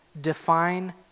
define